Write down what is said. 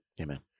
Amen